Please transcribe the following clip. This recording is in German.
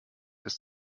ist